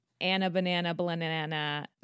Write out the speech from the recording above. Anna-banana-banana